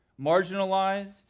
marginalized